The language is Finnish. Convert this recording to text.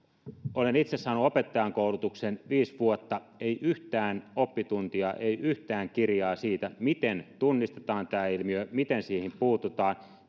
olen itse saanut opettajankoulutuksen viisi vuotta ei yhtään oppituntia ei yhtään kirjaa siitä miten tunnistetaan tämä ilmiö miten siihen puututaan